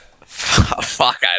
Fuck